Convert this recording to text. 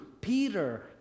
Peter